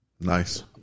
Nice